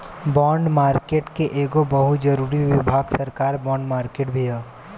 bond market के एगो बहुत जरूरी विभाग सरकार बॉन्ड मार्केट भी ह